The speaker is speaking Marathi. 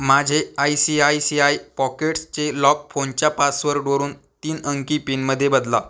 माझे I C I C I पॉकेट्सचे लॉक फोनच्या पासवर्डवरून तीन अंकी पिनमध्ये बदला